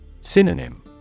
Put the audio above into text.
Synonym